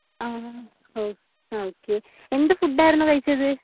ആ ആ ഓ ആ ഓക്കെ എന്ത് ഫുഡ്ഡായിരുന്നു കഴിച്ചത്